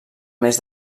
més